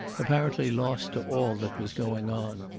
apparently lost to all that was going on.